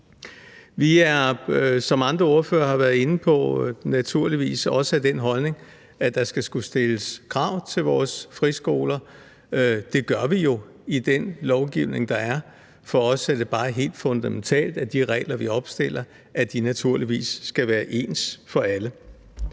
som andre ordførere har været inde på, naturligvis også den holdning, at der skal kunne stilles krav til vores friskoler. Det gør vi jo i den lovgivning, der er. For os er det bare helt fundamentalt, at de regler, vi opstiller, naturligvis skal være ens for alle.